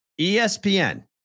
ESPN